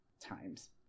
times